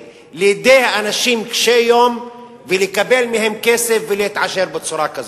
לידי אנשים קשי-יום ולקבל מהם כסף ולהתעשר בצורה כזאת.